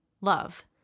Love